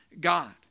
God